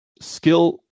skill